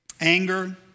anger